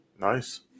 Nice